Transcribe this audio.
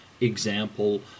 example